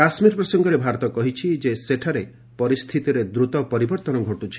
କାଶ୍ୱୀର ପ୍ରସଙ୍ଗରେ ଭାରତ କହିଛି ଯେ ସେଠାରେ ପରିସ୍ଥିତିରେ ଦ୍ରତ ପରିବର୍ତ୍ତନ ଘଟୁଛି